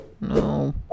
no